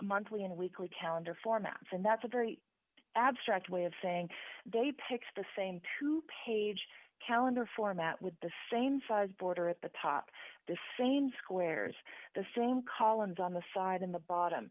monthly and weekly calendar formats and that's a very abstract way of saying they picked the same two page calendar format with the same size border at the top the sane squares the same columns on the side in the bottom